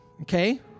Okay